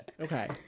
Okay